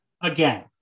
again